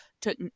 took